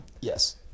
Yes